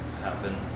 happen